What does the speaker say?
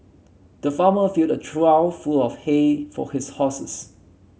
the farmer filled a trough full of hay for his horses